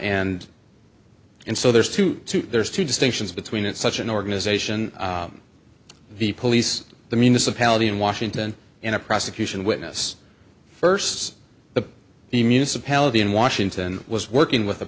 and so there's two there's two distinctions between it such an organization the police the municipality in washington and a prosecution witness first the the municipality in washington was working with the